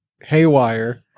haywire